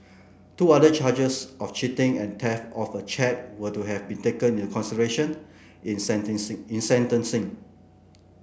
two other charges of cheating and theft of a cheque were to have been taken into consideration in in sentencing